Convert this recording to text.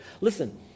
Listen